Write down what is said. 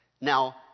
Now